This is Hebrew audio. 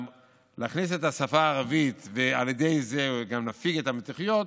להכניס את השפה הערבית ועל ידי זה גם להפיג את המתיחויות,